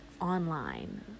online